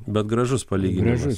bet gražus palyginimas